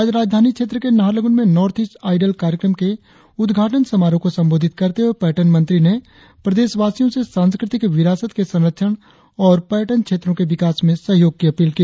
आज राजधानी क्षेत्र के नाहरलगुन में नॉर्थ ईस्ट आईडल कार्यक्रम के उद्घाटन समारोह को संबोधित करते हुए पर्यटन मंत्री ने प्रदेशवासियों से सांस्कृतिक विरासत के संरक्षण और पर्यटन क्षेत्रों के विकास में सहयोग की अपील की